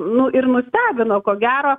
nu ir nustebino ko gero